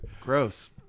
Gross